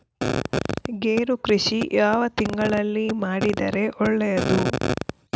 ಗೇರು ಕೃಷಿ ಯಾವ ತಿಂಗಳಲ್ಲಿ ಮಾಡಿದರೆ ಒಳ್ಳೆಯದು?